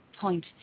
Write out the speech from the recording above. point